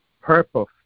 purpose